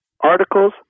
articles